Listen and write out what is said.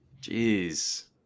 Jeez